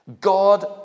God